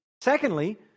Secondly